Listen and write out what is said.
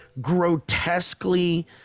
grotesquely